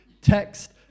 text